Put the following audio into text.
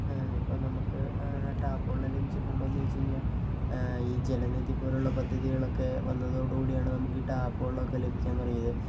ഇപ്പോൾ നമുക്ക് ടാപ്പ് വെള്ളം ലഭിച്ചിട്ടുണ്ടോയെന്ന് ചോദിച്ച് കഴിഞ്ഞാൽ ഈ ജലനിധിപോലെയുള്ള പദ്ധതികളൊക്കെ വന്നതോട് കൂടിയാണ് നമുക്ക് ടാപ്പ് വെള്ളം ഒക്കെ ലഭിക്കാൻ തുടങ്ങിയത്